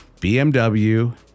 BMW